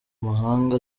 mahanga